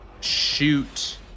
shoot